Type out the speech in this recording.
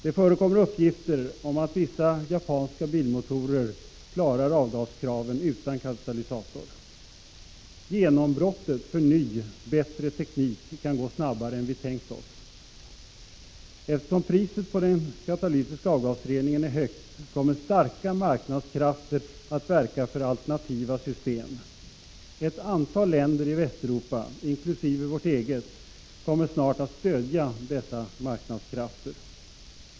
Det förekommer uppgifter om att vissa japanska bilmotorer klarar avgaskraven utan katalysatorer. Genombrottet för ny, bättre teknik kan komma snabbare än vi tänkt oss. Eftersom priset på den katalytiska avgasreningen är högt, kommer starka marknadskrafter att verka för alternativa system. Ett antal länder i Västeuropa, inkl. vårt eget, kommer snart att stödja dessa marknadskrafter.